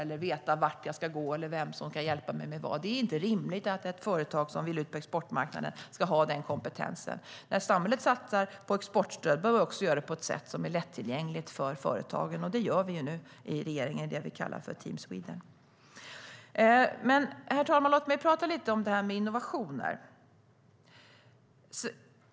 De behöver hjälp för att veta vart de ska gå och vem som ska hjälpa dem med vad. Det är inte rimligt att ett företag som vill ut på exportmarknaden ska ha den kompetensen. När samhället satsar på exportstöd behöver vi göra det på ett sätt som är lättillgängligt för företagen. Det gör regeringen genom det som vi kallar för Team Sweden. Herr talman! Låt mig tala lite grann om innovationer.